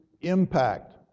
impact